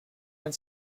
and